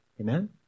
Amen